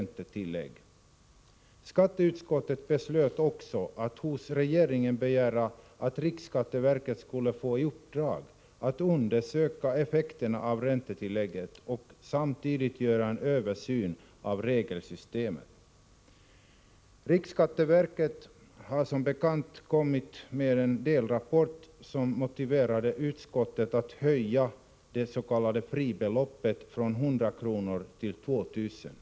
På förslag av skatteutskottet beslöt också riksdagen att hos regeringen begära att riksskatteverket skulle få i uppdrag att undersöka effekterna av räntetillägget och samtidigt göra en översyn av regelsystemet. Riksskatteverket har som bekant nu kommit med en delrapport som motiverat utskottet att höja det s.k. fribeloppet från 100 kr. till 2000 kr.